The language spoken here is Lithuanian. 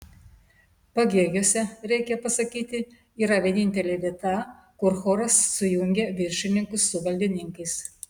pagėgiuose reikia pasakyti yra vienintelė vieta kur choras sujungia viršininkus su valdininkais